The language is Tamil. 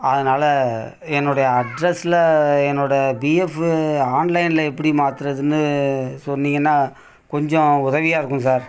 அதனால என்னுடைய அட்ரெஸ்சில் என்னோடய பிஎஃப்ஃபு ஆன்லைனில் எப்படி மாற்றுறதுன்னு சொன்னீங்கன்னால் கொஞ்சம் உதவியாக இருக்கும் சார்